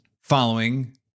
following